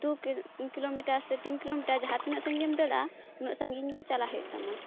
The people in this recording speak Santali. ᱫᱩ ᱠᱤᱞᱳ ᱠᱤᱞᱳᱢᱤᱴᱟᱨ ᱥᱮ ᱛᱤᱱ ᱠᱤᱞᱳᱢᱤᱴᱟᱨ ᱡᱟᱦᱟᱸ ᱛᱤᱱᱟᱹᱜ ᱥᱟ ᱜᱤᱧ ᱜᱮᱢ ᱫᱟᱲᱟᱜᱼᱟ ᱩᱱᱟᱹᱜ ᱥᱟ ᱜᱤᱧ ᱜᱮ ᱪᱟᱞᱟᱜ ᱦᱩᱭᱩᱜ ᱛᱟᱢᱟ